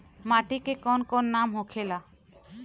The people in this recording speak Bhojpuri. माटी के कौन कौन नाम होखे ला?